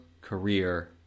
career